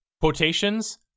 quotations